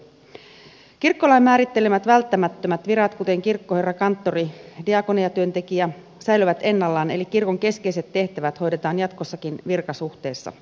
kirkkolain määrittelemät välttämättömät virat kuten kirkkoherra kanttori ja diakoniatyöntekijä säilyvät ennallaan eli kirkon keskeiset tehtävät hoidetaan jatkossakin virkasuhteessa